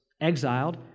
exiled